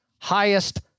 highest